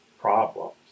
problems